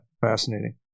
fascinating